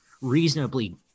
reasonably